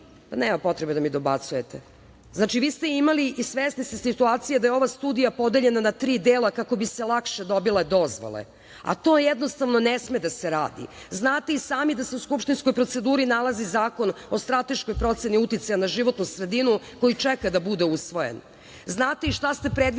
imali…Nema potrebe da mi dobacujete. Znači, vi ste imali, i svesni ste situacije da je ova studija podeljena na tri dela kako bi se lakše dobile dozvole, a to jednostavno ne sme da se radi. Znate i sami da se u skupštinskoj proceduri nalazi zakon o strateškoj proceni uticaja na životnu sredinu koji čeka da bude usvojen, znate i šta ste predvideli